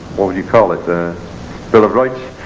what would you call it? a bill of rights?